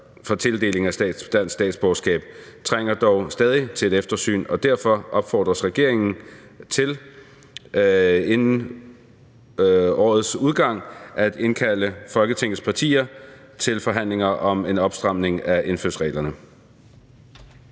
for tildeling af statsborgerskab trænger dog stadig til et eftersyn, og derfor opfordres regeringen til i dette år at indkalde Folketingets partier til forhandlinger om en opstramning af indfødsretsreglerne«.